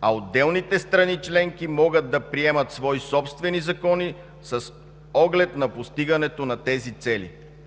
а отделните страни членки могат да приемат свои собствени закони с оглед на постигането на тези цели”.